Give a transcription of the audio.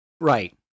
Right